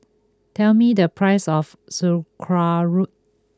tell me the price of Sauerkraut